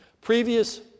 Previous